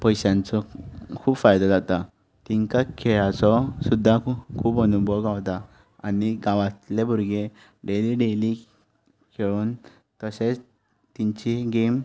पयशांचो खूब फायदो जाता तेंकां खेळाचो सुद्दां खूब अनुभव गावता आनी गांवांतले भुरगे डेयली डेयली खेळून तशेंच तेंची गॅम